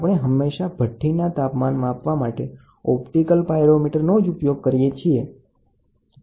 આપણે હંમેશા ભઠ્ઠીના તાપમાન માપવા માટે ઓપ્ટિકલ પાયરોમીટર નો જ ઉપયોગ કરીએ છીએ